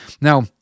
Now